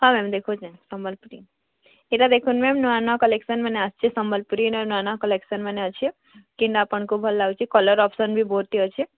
ହଁ ମ୍ୟାମ୍ ଦେଖେଉଛେଁ ସମ୍ୱଲପୁରୀ ଏଇଟା ଦେଖୁନ୍ ମ୍ୟାମ୍ ନୂଆ ନୂଆ କଲେକ୍ସନ ମାନେ ଆସିଚି ସମ୍ୱଲପୁରୀନେ ନୂଆ ନୂଆ କଲେକସନ୍ମାନେ ଅଛେ କେନ୍ ଆପଣଙ୍କୁ ଭଲ୍ ଲାଗୁଛି କଲ୍ର୍ ଅପସନ୍ ବି ବହୁତ୍ ଟି ଅଛି